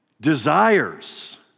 Desires